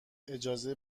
اجازه